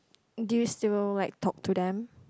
do you still like talk to them